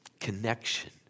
connection